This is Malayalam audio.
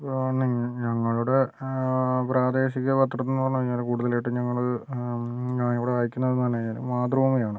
ഞങ്ങളുടെ പ്രാദേശിക പത്രമെന്ന് പറഞ്ഞ് കഴിഞ്ഞാൽ കൂടുതലായിട്ട് ഞങ്ങൾ ഇവിടെ വായിക്കണേയെന്ന് പറഞ്ഞ് കഴിഞ്ഞാൽ മാതൃഭൂമിയാണ്